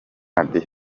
radio